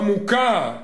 עמוקה,